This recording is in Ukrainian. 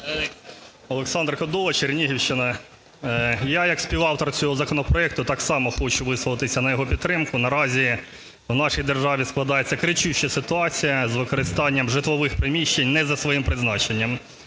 Олександр Кодола, Чернігівщина. Я як співавтор цього законопроекту так само хочу висловитися на його підтримку. Наразі в нашій державі складається кричуща ситуація з використанням житлових приміщень не за своїм призначенням.